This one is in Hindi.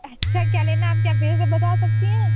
अच्छा क्या लेना है क्या आप फिर से बता सकती हैं